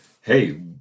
hey